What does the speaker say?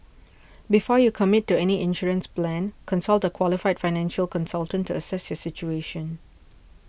before you commit to any insurance plan consult a qualified financial consultant to assess your situation